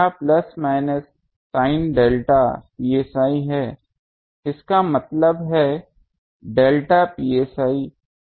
तो यह plus minus sin delta psi है इसका मतलब है डेल्टा psi